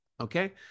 Okay